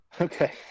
Okay